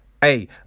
hey